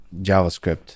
JavaScript